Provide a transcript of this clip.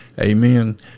Amen